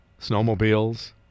snowmobiles